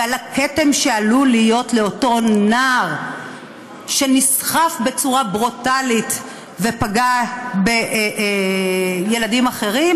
ועל הכתם שעלול להיות לאותו נער שנסחף בצורה ברוטלית ופגע בילדים אחרים,